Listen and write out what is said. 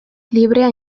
librea